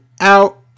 out